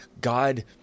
God